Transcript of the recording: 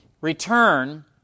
return